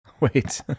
wait